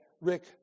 Rick